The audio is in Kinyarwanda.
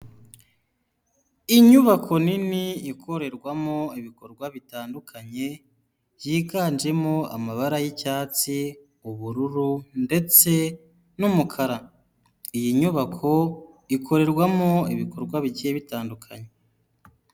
Inyubako nini ikorerwamo ibikorwa bitandukanye byiganjemo amabara y'icyatsi, ubururu ndetse n'umukara, iyi nyubako ikorerwamo ibikorwa bigiye bitandukanye.